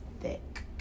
thick